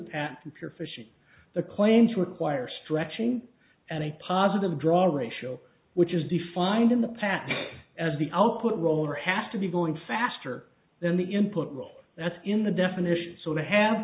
your fishing the claims require stretching and a positive draw ratio which is defined in the past as the output roller have to be going faster than the input roll that's in the definition so to have